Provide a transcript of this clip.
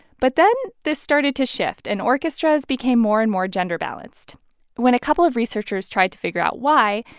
but then this started to shift, and orchestras became more and more gender balanced when a couple of researchers tried to figure out why,